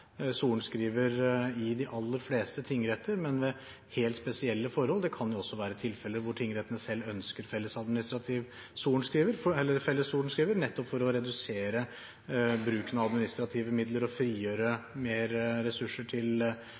sorenskriver i de aller fleste tingretter, men det kan jo være helt spesielle forhold – det kan jo også være tilfeller hvor tingretten selv ønsker felles sorenskriver, nettopp for å redusere bruken av administrative midler og frigjøre mer ressurser til